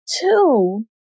Two